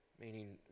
Meaning